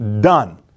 Done